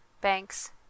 banks